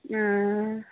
आ